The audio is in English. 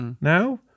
Now